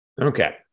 Okay